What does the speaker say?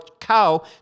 cow